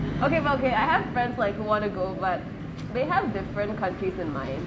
okay but okay I have friends like who want to go but they have different countries in mind